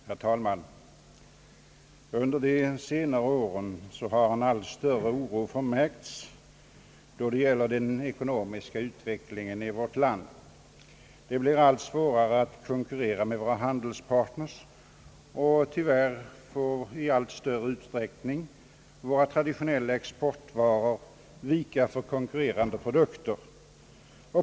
Herr talman! Under senare år har en allt större oro förmärkts då det gäller den ekonomiska utvecklingen i vårt land. Det blir allt svårare att konkurrera med våra handelspartners, och tyvärr får i allt större utsträckning våra traditionella exportvaror vika för konkurrerande produkter.